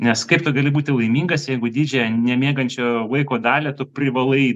nes kaip tu gali būti laimingas jeigu didžią nemiegančio laiko dalį tu privalai